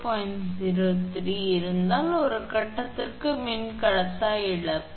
03 சரியாக இருந்தால் ஒரு கட்டத்திற்கு மின்கடத்தா இழப்பு